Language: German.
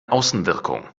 außenwirkung